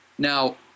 Now